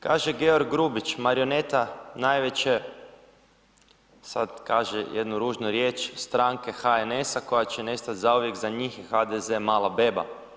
Kaže Georg Grubić, marioneta najveće, sad kaže jednu ružnu riječ, stranke HNS-a koja će nestat zauvijek za njih i HDZ, mala beba.